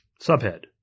Subhead